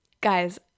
guys